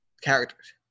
characters